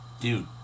dude